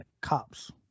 cops